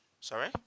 sorry